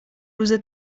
روز